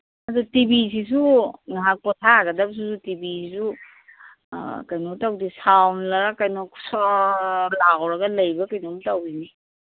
ꯑꯗꯨ ꯇꯤ ꯚꯤꯁꯤꯁꯨ ꯉꯥꯍꯥꯛ ꯄꯣꯊꯥꯒꯗꯕꯁꯤꯁꯨ ꯇꯤ ꯚꯤꯁꯤꯁꯨ ꯀꯩꯅꯣ ꯇꯧꯗꯦ ꯁꯥꯎꯟꯅꯔ ꯀꯩꯅꯣ ꯁ꯭ꯋꯣꯔ ꯂꯥꯎꯔꯒ ꯂꯩꯕ꯭ꯔꯥ ꯀꯩꯅꯣꯝ ꯇꯧꯋꯤꯅꯦ